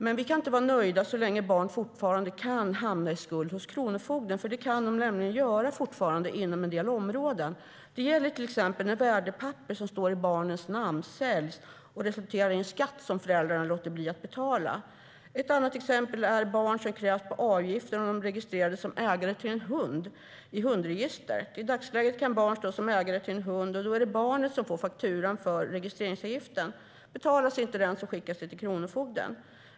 Men vi kan inte vara nöjda så länge barn fortfarande kan hamna i skuld hos kronofogden. Det kan de nämligen göra fortfarande inom en del områden. Det gäller till exempel när värdepapper som står i barnens namn säljs och resulterar i en skatt som föräldrarna låter bli att betala. Ett annat exempel är barn som krävs på avgifter om de är registrerade som ägare till en hund i hundregistret. I dagsläget kan barn stå som ägare till en hund, och då är det barnet som får fakturan för registreringsavgiften. Betalas den inte skickas den till kronofogden.